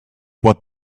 what